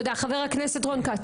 מסכימה עם חבר הכנסת רון כץ.